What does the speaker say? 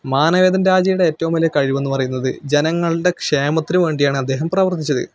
മാനവേദൻ രാജയുടെ ഏറ്റവും വലിയ കഴിവെന്ന് പറയുന്നത് ജനങ്ങളുടെ ക്ഷേമത്തിന് വേണ്ടിയാണ് അദ്ദേഹം പ്രവർത്തിച്ചത്